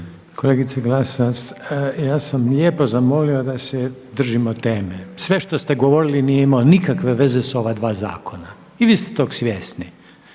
Kolegice Glasovac ja sam lijepo zamolio da se držimo teme. Sve što ste govorili nije imalo nikakve veze s ova dva zakona i vi ste toga svjesni.